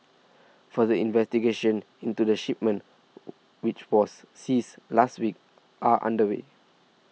further investigations into the shipment which was seized last week are underway